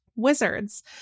Wizards